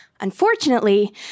Unfortunately